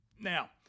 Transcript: Now